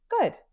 good